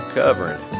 covering